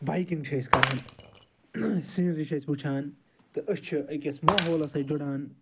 biking چھِ أسۍ کران سیٖنری چھِ أسۍ وُچھان تہٕ أسۍ چھِ أکِس ماحولَس سۭتۍ جُڑان